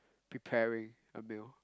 preparing a meal